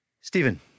Stephen